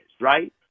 right